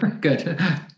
good